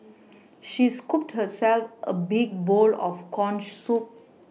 she scooped herself a big bowl of corn soup